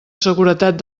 seguretat